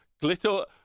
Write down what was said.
glitter